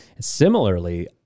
Similarly